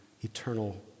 eternal